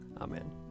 Amen